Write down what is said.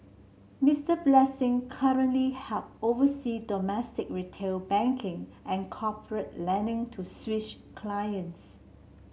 Mister Blessing currently help oversee domestic retail banking and corporate lending to Swiss clients